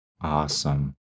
Awesome